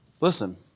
Listen